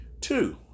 two